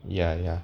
ya ya